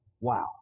wow